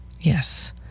Yes